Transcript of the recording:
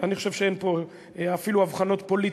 אני חושב שאין פה אפילו הבחנות פוליטיות.